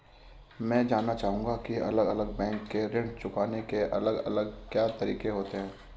मैं जानना चाहूंगा की अलग अलग बैंक के ऋण चुकाने के अलग अलग क्या तरीके होते हैं?